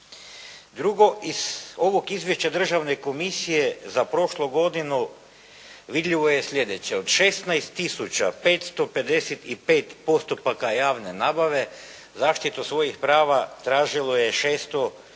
Drugo iz ovog izvješća Državne komisije za prošlu godinu vidljivo je slijedeće. Od 16 tisuća 555 postupaka javne nabave zaštitu svojih prava tražilo je 600,